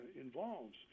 involves